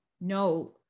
no